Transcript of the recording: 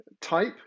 type